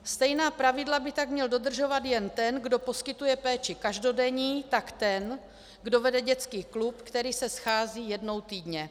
Stejná pravidla by tak měl dodržovat jak ten, kdo poskytuje péči každodenní, tak ten, kdo vede dětský klub, který se schází jednou týdně.